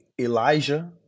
Elijah